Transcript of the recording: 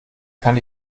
kann